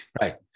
right